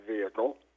vehicle